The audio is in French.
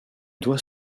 doit